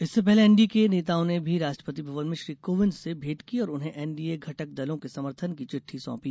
इससे पहले एनडीए के नेताओं ने भी राष्ट्रपति भवन में श्री कोविंद से भेंट की और उन्हें एनडीए घटक दलों के समर्थन की चिट्टी सौंपी